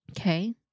okay